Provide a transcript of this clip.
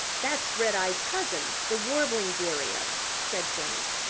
that's redeye's cousin, the warbling vireo, said jenny.